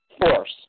force